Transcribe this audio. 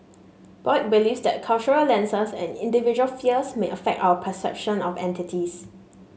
Boyd believes that cultural lenses and individual fears may affect our perception of entities